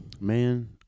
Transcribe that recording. Man